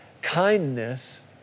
Kindness